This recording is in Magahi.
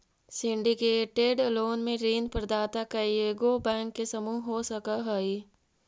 सिंडीकेटेड लोन में ऋण प्रदाता कइएगो बैंक के समूह हो सकऽ हई